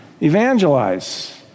evangelize